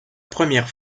première